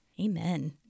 Amen